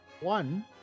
One